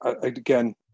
again